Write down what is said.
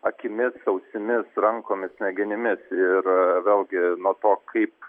akimis ausimis rankomis smegenimis ir vėlgi nuo to kaip